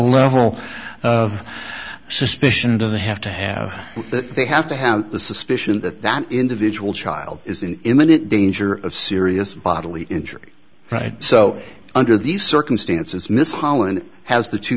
level of suspicion of the have to have that they have to have the suspicion that that individual child is in imminent danger of serious bodily injury right so under these circumstances miss holland has the two